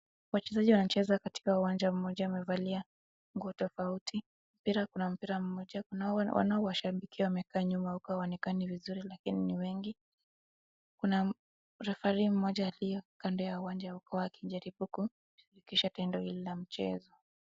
Wachezaji wanacheza katika uwanja mmojawamevalia nguo tofauti, mpira kuna mpira mmoja, wanaowashabikia wamekaa huko nyuma hawaonekani vizuri lakini ni wengi kuna referree mmoja aliyo kando ya uwanja akijaribu kuhakikisha tendo hili la mchezo.